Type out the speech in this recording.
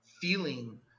feeling